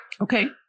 Okay